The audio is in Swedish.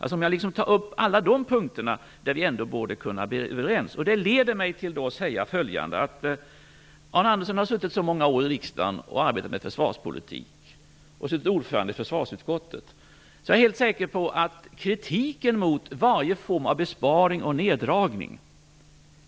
Jag tar alltså upp alla de punkter där vi ändå borde kunna bli överens. Det leder mig till att säga följande: Arne Andersson har suttit så många år i riksdagen och arbetat med försvarspolitik och suttit ordförande i försvarsutskottet. Jag är därför helt säker på att kritiken mot varje form av besparing och neddragning